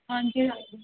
ਹਾਂਜੀ ਹਾਂਜੀ